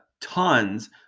tons